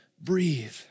breathe